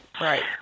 Right